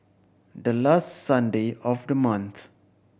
the last Sunday of the month